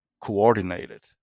coordinated